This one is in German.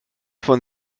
von